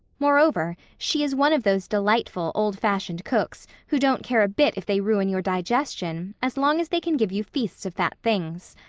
moreover, she is one of those delightful, old-fashioned cooks who don't care a bit if they ruin your digestion as long as they can give you feasts of fat things.